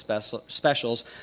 specials